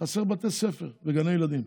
חסרים בתי ספר וגני ילדים.